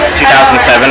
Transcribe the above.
2007